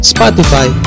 Spotify